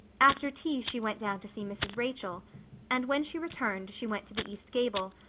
after tea she went down to see mrs. rachel and when she returned she went to the east gable,